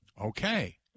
Okay